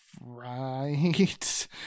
right